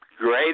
Great